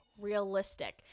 realistic